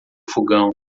fogão